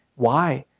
why?